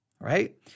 right